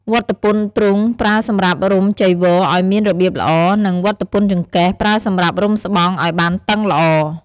ស្បែកជើង សម្រាប់ពាក់ការពារបាតជើងនៅពេលនិមន្តទៅខាងក្រៅ។